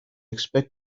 expect